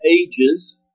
ages